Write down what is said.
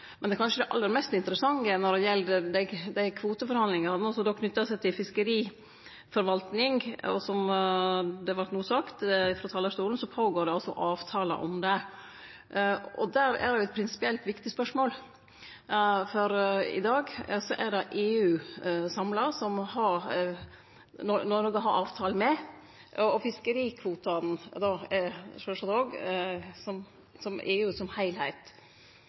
Men det kanskje aller mest interessante når det gjeld dei kvoteforhandlingane, er det som er knytt til fiskeriforvaltninga – og som det no vart sagt frå talarstolen, går det føre seg samtalar om det. Der er det eit prinsipielt viktig spørsmål, for i dag er det EU samla som Noreg har avtale med, og fiskerikvotane gjeld sjølvsagt EU som heilskap. Er det frå EU vilje til at Storbritannia skal ha sin del av EU-kvotane, eller ynskjer EU